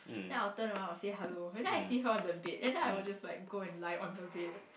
then I will turn around and say hello then I see her on the bed then I will just like go lie on the bed